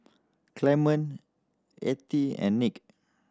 Clement Ethie and Nick